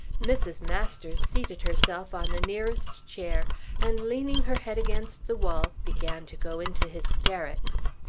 mrs. masters seated herself on the nearest chair and leaning her head against the wall, began to go into hysterics.